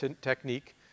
technique